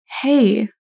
hey